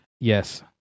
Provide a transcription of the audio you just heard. Yes